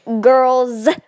girls